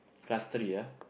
class three ah